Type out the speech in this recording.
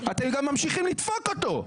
אתם גם ממשיכים לדפוק אותו.